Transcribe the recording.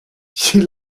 she